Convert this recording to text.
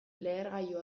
lehergailu